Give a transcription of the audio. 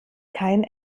kein